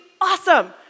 awesome